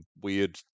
weird